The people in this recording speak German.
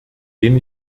den